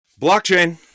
blockchain